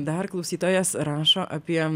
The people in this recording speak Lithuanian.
dar klausytojas rašo apie